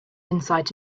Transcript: insight